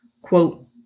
Quote